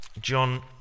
John